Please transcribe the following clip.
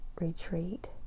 retreat